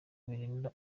birinda